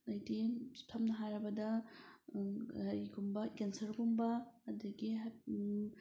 ꯍꯥꯏꯗꯤ ꯁꯝꯅ ꯍꯥꯏꯔꯕꯗ ꯀꯔꯤꯒꯨꯝꯕ ꯀꯦꯟꯁꯔꯒꯨꯝꯕ ꯑꯗꯒꯤ